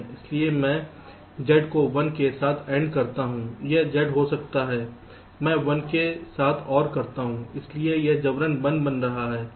इसलिए मैं Z को 1 के साथ AND करता हूं यह Z हो जाता है मैं 1 के साथ OR करता हूं इसलिए यह जबरन 1 बन रहा है